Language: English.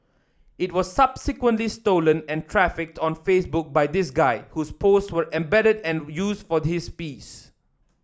it was subsequently stolen and trafficked on Facebook by this guy whose posts we embedded and used for this piece